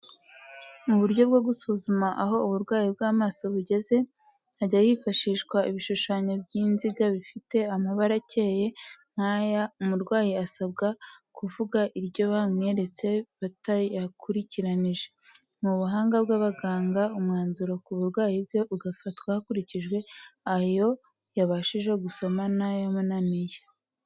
Mu buryo bwo gusuzuma aho uburwayi bw'amaso bugeze, hajya hifashishwa ibishushanyo by'inziga bifite amabara akeye nk'aya, umurwayi asabwa kuvuga iryo bamweretse batayakurikiranyije, mu buhanga bw'abaganga, umwanzuro ku burwayi bwe ugafatwa hakurikijwe ayo yabashije gusoma n'ayamunaniye.